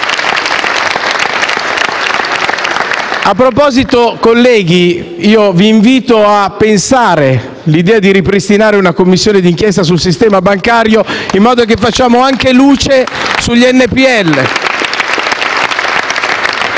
A proposito, colleghi, vi invito a pensare all'idea di ripristinare una Commissione d'inchiesta sul sistema bancario, in modo che facciamo anche luce sugli NPL.